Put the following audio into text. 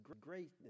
greatness